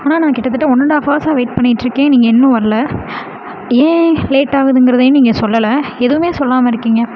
ஆனால் நான் கிட்டத்திட்ட ஒன் அண்ட் ஆஃப் ஹார்ஸாக வெயிட் பண்ணிக்கிட்யிருக்கேன் நீங்கள் இன்னும் வரலை ஏன் லேட்டாவுதுங்கிறதையும் நீங்கள் சொல்லலை எதுவுமே சொல்லாம இருக்கிங்க